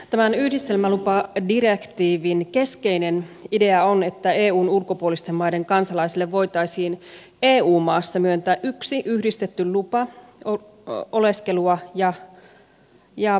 tämän yhdistelmälupadirektiivin keskeinen idea on että eun ulkopuolisten maiden kansalaisille voitaisiin eu maassa myöntää yksi yhdistetty lupa oleskelua ja työskentelyä varten